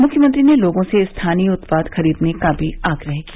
मुख्यमंत्री ने लोगों से स्थानीय उत्पाद खरीदने का भी आग्रह किया